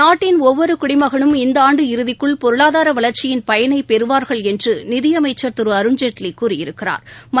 நாட்டின் ஒவ்வொரு குடிமகனும் இந்த ஆண்டு இறுதிக்குள் பொருளாதார வளர்ச்சியின் பயனை பெறுவா்கள் என்று நிதி அமைச்சா் திரு அருண்ஜேட்லி கூறியிருக்கிறாா்